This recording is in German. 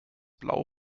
blau